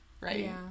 right